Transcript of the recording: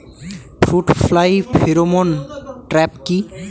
Fruit fly pheromone trap কি?